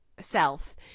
self